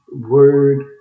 word